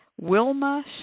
Wilma